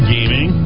Gaming